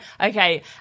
Okay